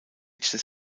des